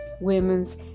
Women's